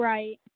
Right